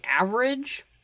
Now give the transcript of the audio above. average